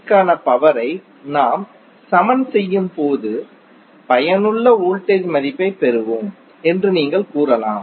க்கான பவரை நாம் சமன் செய்யும் போது பயனுள்ள வோல்டேஜ் மதிப்பைப் பெறுவோம் என்றும் நீங்கள் கூறலாம்